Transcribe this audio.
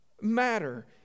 matter